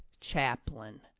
chaplain